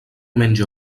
menja